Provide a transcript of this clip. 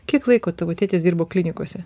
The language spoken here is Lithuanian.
kiek laiko tavo tėtis dirbo klinikose